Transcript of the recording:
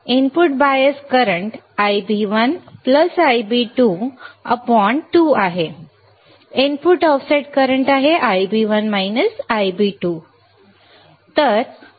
Input bias current होता । Ib1 Ib2 ।2 input offset current आहे । Ib1 Ib2 । ठीक आहे